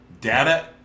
Data